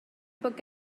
bod